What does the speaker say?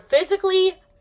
physically